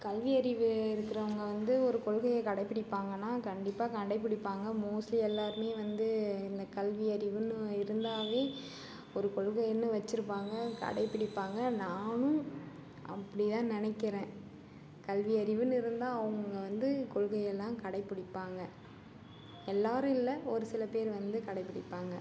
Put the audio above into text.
கல்வியறிவு இருக்கிறவங்க வந்து ஒரு கொள்கையை கடைப்பிடிப்பாங்கன்னா கண்டிப்பாக கடைப்பிடிப்பாங்க மோஸ்ட்லி எல்லாருமே வந்து எனக் கல்வியறிவுன்னு இருந்தாவே ஒரு கொள்கைன்னு வச்சிருப்பாங்க கடைப்பிடிப்பாங்க நானும் அப்படி தான் நினைக்கிறேன் கல்வியறிவுன்னு இருந்தால் அவங்க வந்து கொள்கை எல்லாம் கடைப்பிடிப்பாங்க எல்லாரும் இல்லை ஒரு சில பேர் வந்து கடைப்பிடிப்பாங்க